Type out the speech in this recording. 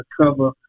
cover